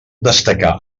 destacar